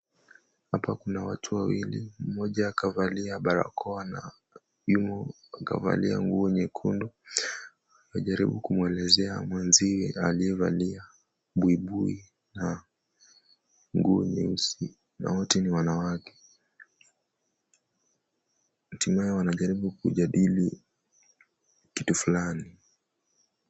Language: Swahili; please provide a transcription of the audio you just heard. Hapa kuna watu wawili, mmoja kavalia barakoa na yumo kavalia nguo nyekundu. anajaribu kumuelezea mwenzie aliyevalia buibui na nguo nyeusi, na wote ni wanawake, hatimaye wanajaribu kujadili kitu fulani.